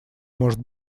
может